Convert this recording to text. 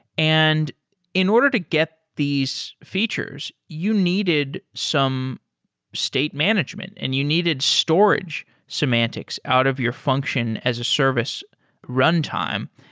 and in order to get these features, you needed some state management and you needed storage semantics out of your functions as a service runtime.